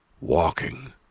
walking